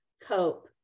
cope